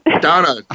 Donna